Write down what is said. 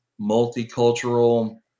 multicultural